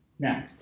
Now